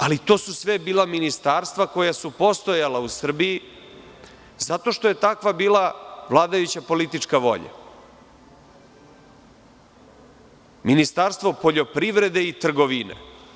Ali, to su sve bila ministarstva koja su postojala u Srbiji, zato što je takva bila vladajuća politička volja, kao i Ministarstvo poljoprivrede i trgovine.